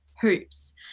hoops